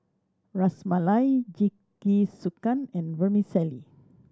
Ras Malai Jingisukan and Vermicelli